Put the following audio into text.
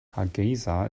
hargeysa